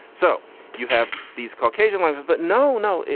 so you have these caucasian lives. but no, no,